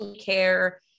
care